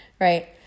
right